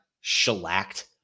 shellacked